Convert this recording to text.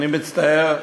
אני מצטער.